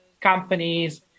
companies